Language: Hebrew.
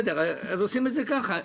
אז עושים את זה ככה.